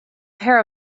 pair